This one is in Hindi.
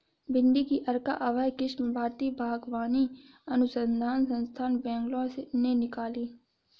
भिंडी की अर्का अभय किस्म भारतीय बागवानी अनुसंधान संस्थान, बैंगलोर ने निकाली